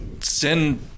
sin